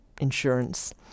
insurance